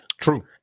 True